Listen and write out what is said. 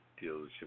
dealership